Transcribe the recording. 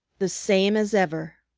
the same as ever!